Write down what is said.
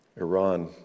Iran